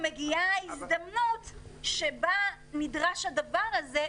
מגיעה ההזדמנות שבה נדרש הדבר הזה,